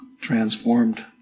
transformed